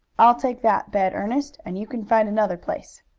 i'll take that bed, ernest, and you can find another place.